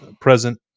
present